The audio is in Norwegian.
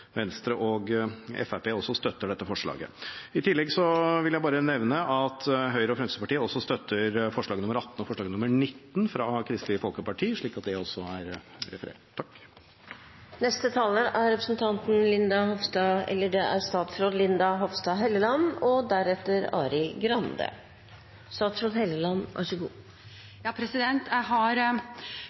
også støtter dette forslaget. I tillegg vil jeg bare nevne at Høyre og Fremskrittspartiet også støtter forslag nr. 18 og forslag nr. 19 fra Kristelig Folkeparti, slik at det også er referert. Jeg har lyst til å si at jeg håper flertallet som i dag støtter enerettsmodellen, gleder seg. Dette er